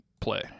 play